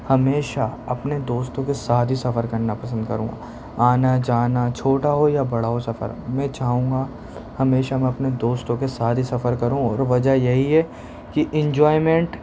ہمیشہ اپنے دوستوں کے ساتھ ہی سفر کرنا پسند کروں گا آنا جانا چھوٹا ہو یا بڑا ہو سفر میں چاہوں گا ہمیشہ میں اپنے دوستوں کے ساتھ ہی سفر کروں اور وجہ یہی ہے کہ انجوائمنٹ